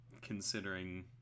considering